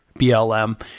BLM